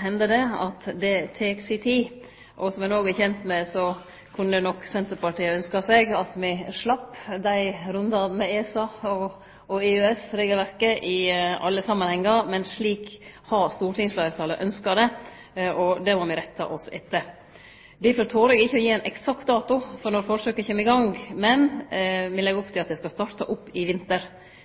hender det at det tek si tid, og som ein òg er kjend med, kunne nok Senterpartiet ha ynskt seg at me slapp rundane med ESA og EØS-regelverket i alle samanhengar. Men slik har stortingsfleirtalet ynskt det, og det må me rette oss etter. Difor tør eg ikkje å gi ein eksakt dato for når forsøket kjem i gang, men me legg opp til at det skal starte opp i vinter.